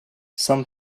some